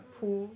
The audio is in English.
mm